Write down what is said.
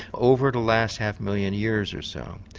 over the last half million years or so.